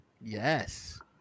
Yes